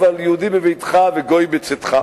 אבל יהודי בביתך וגוי בצאתך.